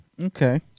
Okay